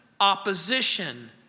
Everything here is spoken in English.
opposition